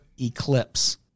eclipse